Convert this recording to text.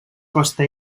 costa